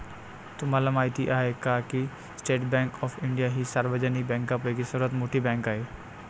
तुम्हाला माहिती आहे का की स्टेट बँक ऑफ इंडिया ही सार्वजनिक बँकांपैकी सर्वात मोठी बँक आहे